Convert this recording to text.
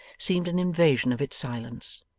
seemed an invasion of its silence.